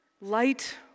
light